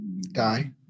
Die